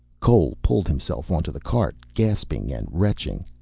cole pulled himself onto the cart, gasping and retching.